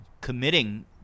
committing